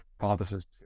hypothesis